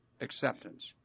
acceptance